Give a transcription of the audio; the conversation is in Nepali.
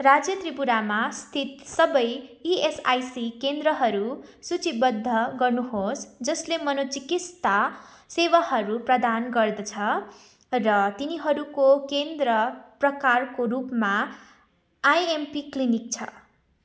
राज्य त्रिपुरामा स्थित सबै इएसआइसी केन्द्रहरू सूचीबद्ध गर्नुहोस् जसले मनोचिकित्सा सेवाहरू प्रदान गर्दछ र तिनीहरूको केन्द्र प्रकारको रूपमा आइएमपी क्लिनिक छ